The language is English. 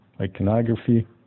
iconography